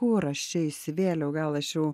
kur aš čia įsivėliau gal aš jau